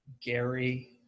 Gary